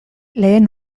lehen